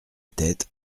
tête